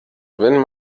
wenn